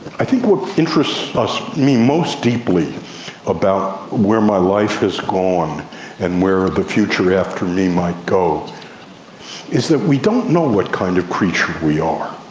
i think what interests me most deeply about where my life has gone and where the future after me might go is that we don't know what kind of creature we are.